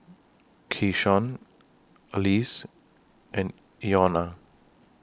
Keyshawn Alize and Ilona